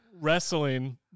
wrestling